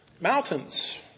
Mountains